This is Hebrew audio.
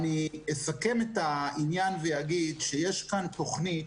לסיכום אני אומר שיש כאן תוכנית